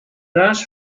rush